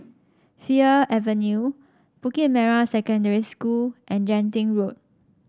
Fir Avenue Bukit Merah Secondary School and Genting Road